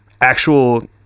actual